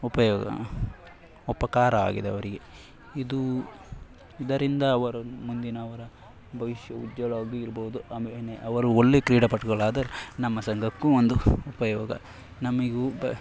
ಉಪಯೋಗ ಉಪಕಾರ ಆಗಿದೆ ಅವರಿಗೆ ಇದು ಇದರಿಂದ ಅವರು ಮುಂದಿನ ಅವರ ಭವಿಷ್ಯವು ಉಜ್ವಲವಾಗಿ ಇರ್ಬೋದು ಆಮೇಲೆ ನೆ ಅವರು ಒಳ್ಳೆಯ ಕ್ರೀಡಾಪಟುಗಳಾದರೆ ನಮ್ಮ ಸಂಘಕ್ಕೂ ಒಂದು ಉಪಯೋಗ ನಮಗೂ ಬ್